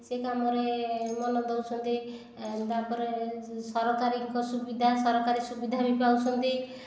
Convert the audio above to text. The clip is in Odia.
ସେଇ କାମରେ ମନ ଦେଉଛନ୍ତି ତା'ପରେ ସରକାରଙ୍କ ସୁବିଧା ସରକାରୀ ସୁବିଧା ବି ପାଉଛନ୍ତି